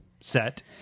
set